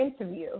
interview